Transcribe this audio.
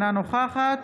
אינה נוכחת